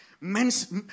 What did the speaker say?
Men's